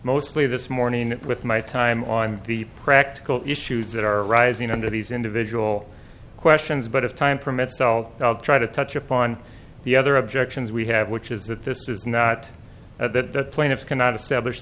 mostly this morning with my time on the practical issues that are arising under these individual questions but as time permits i'll try to touch upon the other objections we have which is that this is not the plaintiffs cannot establish